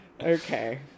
okay